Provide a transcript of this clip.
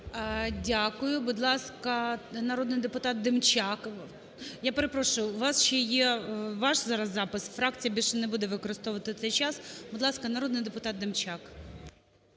Дякую. Будь ласка, народний депутат Демчак. Я перепрошую, у вас ще є ваш зараз запис. Фракція більше не буде використовувати цей час. Будь ласка, народний депутат Демчак.